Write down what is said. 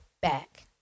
back